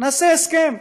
נעשה הסכם,